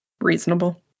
Reasonable